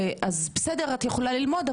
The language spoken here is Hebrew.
אז בסדר את יכולה ללמוד,